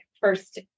first